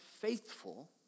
faithful